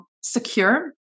secure